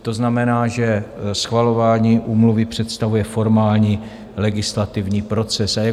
To znamená, že schvalování úmluvy představuje formální legislativní proces.